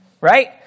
right